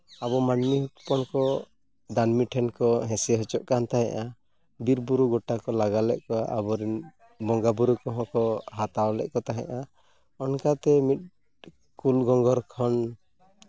ᱟᱵᱚ ᱢᱟᱹᱱᱢᱤ ᱦᱚᱯᱚᱱ ᱠᱚ ᱫᱟᱹᱱᱢᱤ ᱴᱷᱮᱱ ᱠᱚ ᱦᱤᱥᱟᱹ ᱦᱚᱪᱚᱜ ᱠᱟᱱ ᱛᱟᱦᱮᱱᱟ ᱵᱤᱨᱼᱵᱩᱨᱩ ᱜᱳᱴᱟ ᱠᱚ ᱞᱟᱜᱟ ᱞᱮᱫ ᱠᱚᱣᱟ ᱟᱵᱚ ᱨᱮᱱ ᱵᱚᱸᱜᱟᱼᱵᱩᱨᱩ ᱠᱚᱦᱚᱸ ᱠᱚ ᱦᱟᱛᱟᱣ ᱞᱮᱫ ᱠᱚ ᱛᱟᱦᱮᱸᱫᱼᱟ ᱚᱱᱠᱟᱛᱮ ᱢᱤᱫᱴᱤᱱ ᱠᱩᱞ ᱜᱷᱚᱸᱜᱚᱨ ᱠᱷᱚᱱ